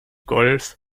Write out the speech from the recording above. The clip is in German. golf